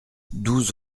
douze